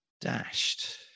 dashed